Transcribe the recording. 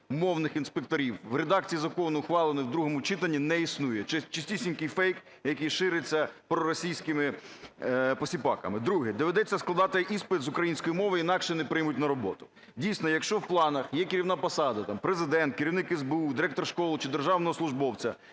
мовних інспекторів в редакції закону, ухваленому в другому читанні, не існує. Це чистісінький фейк, який шириться проросійськими посіпаками. Друге. Доведеться складати іспит з української мови, інакше не приймуть на роботу. Дійсно, якщо в планах є керівна посада, там, Президент, керівник СБУ, директор школи чи державного службовця,